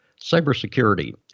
cybersecurity